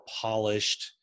polished